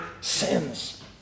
sins